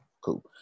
Cool